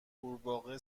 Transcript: غورباغه